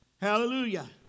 Hallelujah